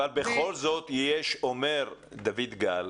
אבל בכל זאת, דויד גל